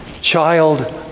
child